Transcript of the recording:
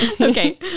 Okay